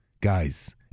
guys